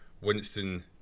Winston